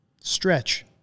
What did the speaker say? stretch